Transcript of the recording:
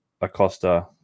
Acosta